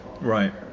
Right